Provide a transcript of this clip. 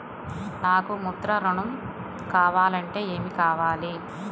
నాకు ముద్ర ఋణం కావాలంటే ఏమి కావాలి?